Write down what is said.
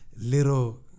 little